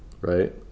right